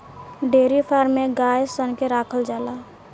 dairy farm में गाय सन के राखल जाला